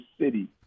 city